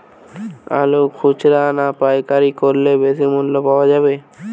আলু খুচরা না পাইকারি করলে বেশি মূল্য পাওয়া যাবে?